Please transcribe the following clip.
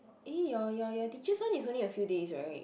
eh your your your teacher's one is only a few days [right]